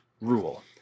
rule